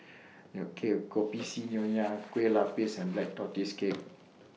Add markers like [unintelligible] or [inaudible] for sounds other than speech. [unintelligible] Kopi C Nonya Kueh Lapis and Black Tortoise Cake